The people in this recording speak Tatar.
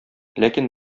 ләкин